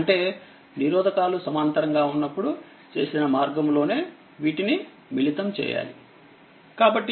అంటే నిరోధకాలు సమాంతరంగా ఉన్నప్పుడుచేసిన మార్గంలోనే వీటిని మిళితం చేయాలి